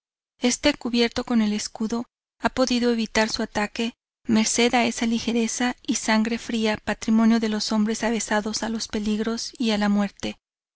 este cubierto con el escudo ha podido evitar su ataque merced a esa ligereza y sangre fría patrimonio de los hombres avezados a los peligros y a la muerte